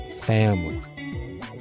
family